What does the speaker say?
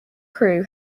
crew